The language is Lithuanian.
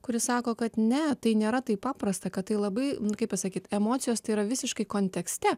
kuri sako kad ne tai nėra taip paprasta kad tai labai nu kaip pasakyt emocijos yra visiškai kontekste